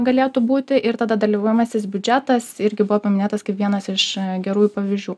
galėtų būti ir tada dalyvaujamasis biudžetas irgi buvo paminėtas kaip vienas iš gerųjų pavyzdžių